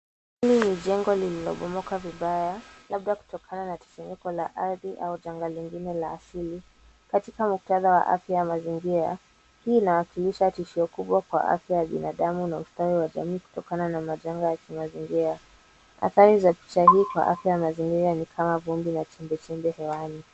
Hili ni jengo lililobomoka vibaya labda kutokana na tetemeko la ardhi au janga lingine la asili. Katika muktadha wa afya ya mazingira, hii inawakilisha tishio kubwa kwa afya ya binadamu na ustawi wa jamii kutokana na majanga ya kimazingira. Athari za picha hii kwa afya ya mazingira ni kama vumbi na chembechembe hewani.